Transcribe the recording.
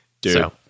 dude